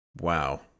Wow